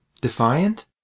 Defiant